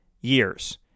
years